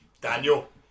Daniel